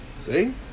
See